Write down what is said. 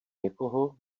někoho